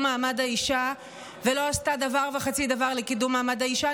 מעמד האישה ולא עשתה דבר וחצי דבר לקידום מעמד האישה,